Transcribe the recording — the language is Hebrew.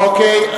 אוקיי.